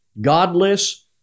Godless